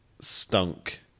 stunk